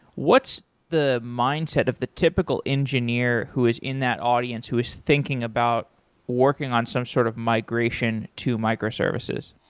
what's the mindset of the typical engineer who is in that audience who is thinking about working on some sort of migration to microservices?